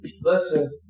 listen